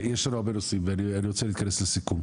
יש לנו עוד הרבה נושאים ואני רוצה להתכנס לסיכום.